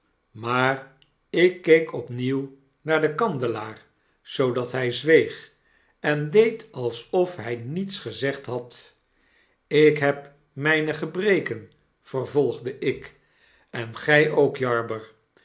maar ik keek opnieuw naar den kandelaar zoodat hg zweeg en deed alsof hg niets gezegd had ik heb mjjne gebreken ervolgde ik en gij ook jarber